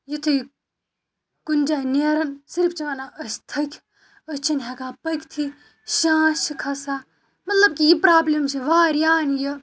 یِتُھے کُنہِ جایہِ نیرَن صِرف چھِ وَنان أسۍ تھٔکۍ أسۍ چھِ نہٕ ہیٚکان پٔکتھٕے شانش چھِ کھسان مطلب کہِ یہِ پرابلِم چھِ واریاہن یہِ